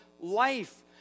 life